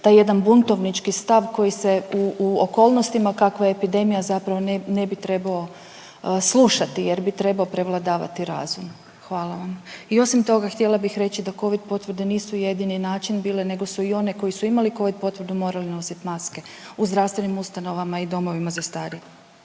taj jedan buntovnički stav koji se u okolnostima kakva je epidemija zapravo ne bi trebao slušati jer bi trebao prevladavati razum, hvala vam. I osim toga htjela bih reći da covid potvrde nisu jedini način bile nego su i one koji su imali covid potvrdu morali nosit masku u zdravstvenim ustanovama i domovima za starije.